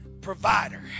provider